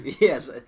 yes